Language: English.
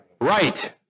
right